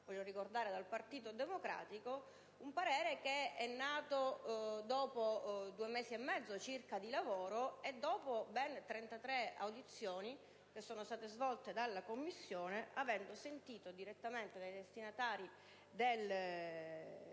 voglio sottolineare - dal Partito Democratico; parere che è nato dopo due mesi e mezzo circa di lavoro e dopo ben 33 audizioni che sono state svolte dalla Commissione avendo sentito direttamente dai destinatari delle